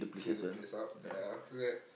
clean the place up and after that